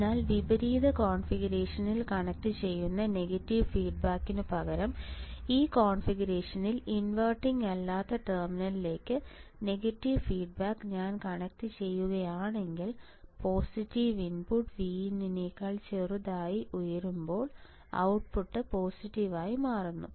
അതിനാൽ വിപരീത കോൺഫിഗറേഷനിൽ കണക്റ്റുചെയ്യുന്ന നെഗറ്റീവ് ഫീഡ്ബാക്കിനുപകരം ഈ കോൺഫിഗറേഷനിൽ ഇൻവെർട്ടിംഗ് അല്ലാത്ത ടെർമിനലിലേക്ക് നെഗറ്റീവ് ഫീഡ്ബാക്ക് ഞാൻ കണക്റ്റുചെയ്യുകയാണെങ്കിൽ പോസിറ്റീവ് ഇൻപുട്ട് Vin നേക്കാൾ ചെറുതായി ഉയരുമ്പോൾ ഔട്ട്പുട്ട് പോസിറ്റീവ് ആയി മാറുന്നു